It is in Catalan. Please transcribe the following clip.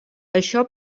això